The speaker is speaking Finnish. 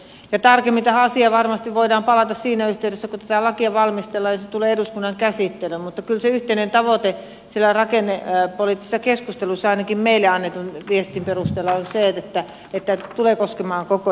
tarkemmin tähän asiaan varmasti voidaan palata siinä yhteydessä kun tätä lakia valmistellaan ja se tulee eduskunnan käsittelyyn mutta kyllä se yhteinen tavoite siellä rakennepoliittisessa keskustelussa ainakin meille annetun viestin perusteella oli se että tämä tulee koskemaan koko ikäluokkaa